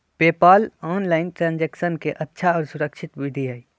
PayPal online transaction के अच्छा और सुरक्षित विधि हई